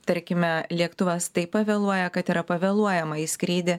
tarkime lėktuvas taip pavėluoja kad yra pavėluojama į skrydį